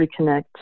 reconnect